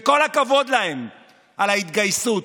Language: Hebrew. וכל הכבוד להם על ההתגייסות.